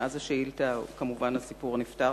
מאז הגשת השאילתא כמובן הסיפור נפתר,